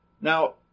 Now